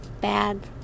bad